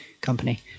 company